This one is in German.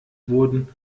wurden